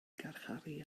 garcharu